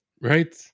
Right